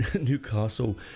Newcastle